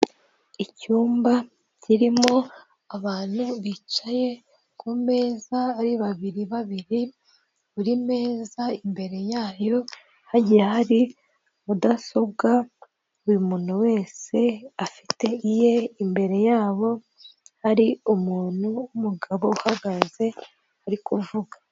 Icyumba kirimo abantu bicaye ku meza ari babiri babiri, buri meza imbere yayo hagiye hari mudasobwa buri muntu wese afite iye, imbere yabo hari umuntu w'umugabo uhagaze ari kuvuga.